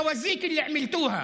בערבית: לך תטפל בפשלות שעשיתם.